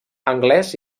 anglès